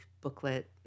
booklet